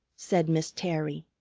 said miss terry,